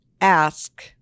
ask